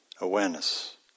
awareness